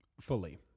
fully